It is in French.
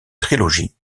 trilogie